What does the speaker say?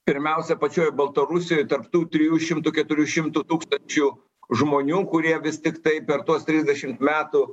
pirmiausia pačioj baltarusijoj tarp tų trijų šimtų keturių šimtų tūkstančių žmonių kurie vis tiktai per tuos trisdešimt metų